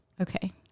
okay